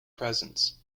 presence